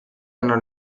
hanno